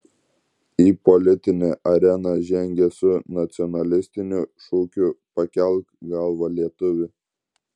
į politinę areną žengia su nacionalistiniu šūkiu pakelk galvą lietuvi